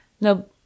no